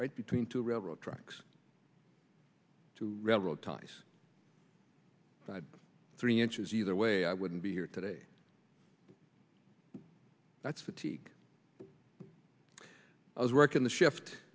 right between two railroad tracks to retro ties three inches either way i wouldn't be here today that's the teak i was working the shift